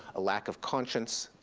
a lack of conscience,